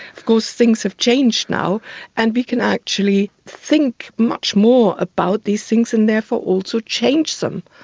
of course, things have changed now and we can actually think much more about these things and therefore also change them.